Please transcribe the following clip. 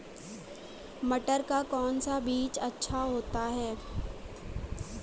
मटर का कौन सा बीज अच्छा होता हैं?